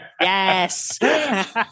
Yes